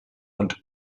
und